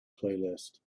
playlist